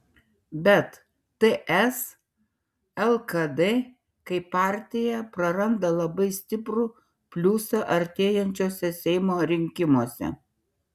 bet ts lkd kaip partija praranda labai stiprų pliusą artėjančiuose seimo rinkimuose